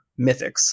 mythics